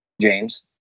James